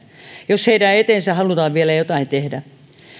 jos heidän eteensä halutaan vielä jotain tehdä